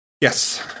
Yes